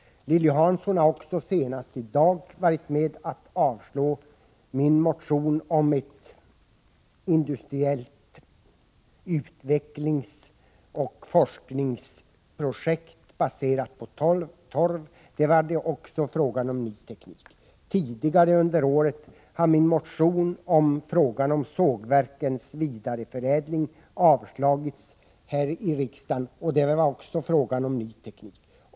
Lilly Hansson har också senast i dag varit med om att avslå min motion om ett industriellt utvecklingsoch forskningsprojekt, baserat på torv. Där var det också fråga om ny teknik. Tidigare under året har min motion om sågverkens vidareförädling avslagits här i riksdagen. Där var det också fråga om ny teknik.